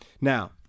Now